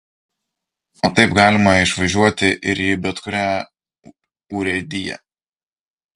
o taip galima išvažiuoti ir į bet kurią urėdiją